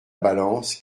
balance